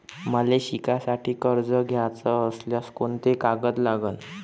मले शिकासाठी कर्ज घ्याचं असल्यास कोंते कागद लागन?